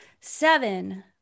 seven